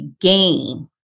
gain